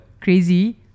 crazy